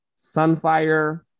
Sunfire